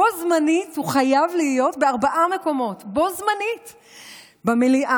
בו זמנית הוא חייב להיות בארבעה מקומות: בו זמנית במליאה,